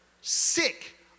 sick